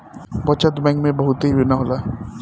बचत बैंक में बहुते योजना होला